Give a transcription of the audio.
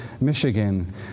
Michigan